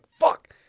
fuck